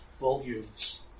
volumes